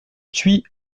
thuit